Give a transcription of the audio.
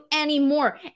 anymore